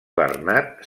bernat